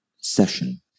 session